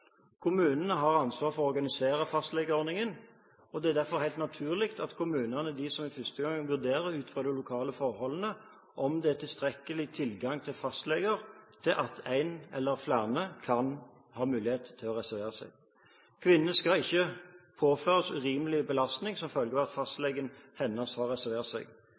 Kommunene har ansvaret for å organisere fastlegeordningen. Det er derfor helt naturlig at kommunene er de som i første omgang vurderer, ut fra de lokale forholdene, om det er tilstrekkelig tilgang til fastleger til at én eller flere kan ha mulighet til å reservere seg. Kvinnen skal ikke påføres urimelig belastning som følge av at fastlegen hennes har reservert seg.